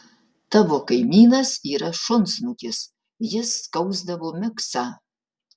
tavo kaimynas yra šunsnukis jis skausdavo miksą